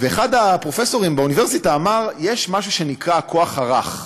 ואחד הפרופסורים באוניברסיטה אמר: יש משהו שנקרא הכוח הרך.